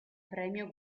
premio